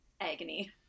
agony